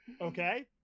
Okay